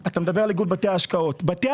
אתה מדבר על איגוד בתי השקעות שבתי